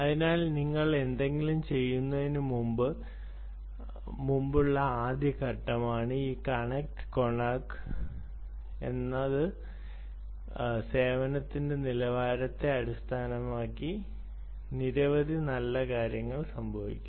അതിനാൽ നിങ്ങൾ എന്തെങ്കിലും ചെയ്യുന്നതിന് മുമ്പുള്ള ആദ്യ ഘട്ടമാണ് ഈ കണക്റ്റ് കൊണാക്ക് എന്നിട്ട് സേവനത്തിന്റെ നിലവാരത്തെ അടിസ്ഥാനമാക്കി നിരവധി നല്ല കാര്യങ്ങൾ സംഭവിക്കും